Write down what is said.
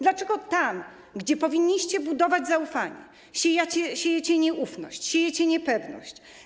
Dlaczego tam, gdzie powinniście budować zaufanie, siejecie nieufność i niepewność?